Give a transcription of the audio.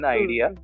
idea